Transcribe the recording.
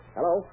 Hello